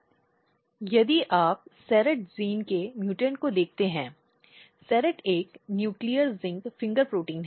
यदि आप SERRATE gene के म्यूटेंट को देखते हैं SERRATE एक न्यूक्लियर जिंक फिंगर प्रोटीन है